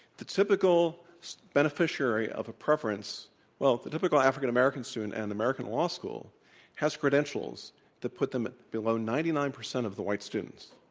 the typical beneficiary of a preference well, the typical african-american student at an american law school has credentials that put them at below ninety nine percent of the white students.